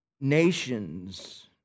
nations